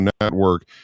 Network